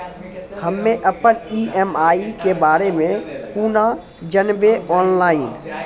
हम्मे अपन ई.एम.आई के बारे मे कूना जानबै, ऑनलाइन?